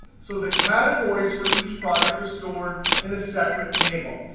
so the categories for each product are stored in a separate table.